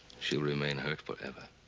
she'll remain hurt forever.